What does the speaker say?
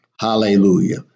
Hallelujah